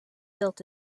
built